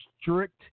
strict